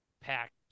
Pack